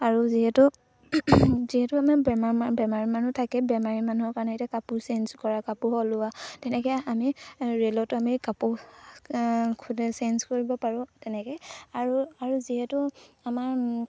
আৰু যিহেতু যিহেতু আমাৰ বেমাৰ বেমাৰী মানুহ থাকে বেমাৰী মানুহৰ কাৰণে এতিয়া কাপোৰ চেঞ্জ কৰা কাপোৰ সলোৱা তেনেকৈ আমি ৰে'লতো আমি কাপোৰ খোলে চেঞ্জ কৰিব পাৰোঁ তেনেকৈ আৰু আৰু যিহেতু আমাৰ